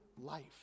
life